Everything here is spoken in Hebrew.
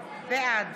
בעד